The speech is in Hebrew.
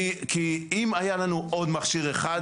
כי אם היה לנו עוד מכשיר אחד,